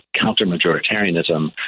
counter-majoritarianism